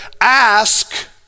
ask